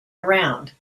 around